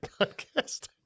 Podcast